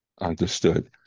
Understood